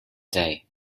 day